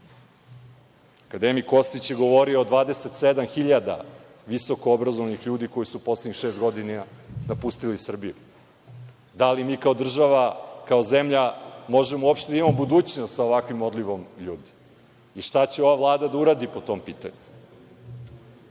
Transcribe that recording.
Akademik Kostić je govorio o 27 hiljada visoko obrazovanih ljudi koji su u poslednjih šest godina napustili Srbiju. Da li mi kao država, kao zemlja možemo uopšte da imamo budućnost sa ovakvim odlivom ljudi? Šta će ova Vlada da uradi po tom pitanju? Na